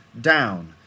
down